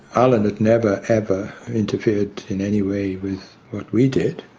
alan had never, ever interfered in any way with what we did,